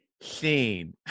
scene